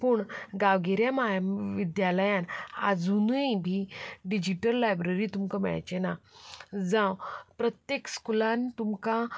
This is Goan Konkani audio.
पूण गांवगिऱ्या म्हाविद्यालयान आजुनूय डिजिटल लायब्ररी तुमकां मेळचे ना जावं प्रत्येक स्कुलान तुमकां